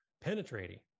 penetrating